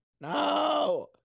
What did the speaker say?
no